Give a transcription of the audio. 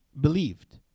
believed